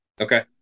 Okay